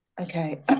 okay